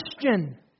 question